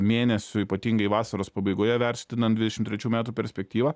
mėnesių ypatingai vasaros pabaigoje vertinant dvidešim trečių metų perspektyvą